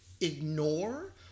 ignore